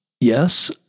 Yes